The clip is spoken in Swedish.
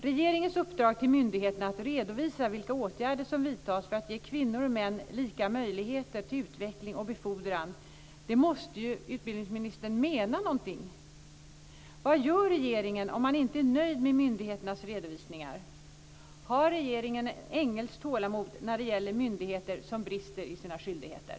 Regeringens uppdrag till myndigheterna att redovisa vilka åtgärder som vidtas för att ge kvinnor och män lika möjligheter till utveckling och befordran måste ju utbildningsministern mena någonting med. Vad gör regeringen om man inte är nöjd med myndigheternas redovisningar? Har regeringen en ängels tålamod när det gäller myndigheter som brister i sina skyldigheter?